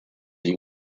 射击